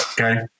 Okay